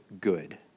good